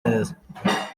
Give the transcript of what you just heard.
neza